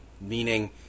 Meaning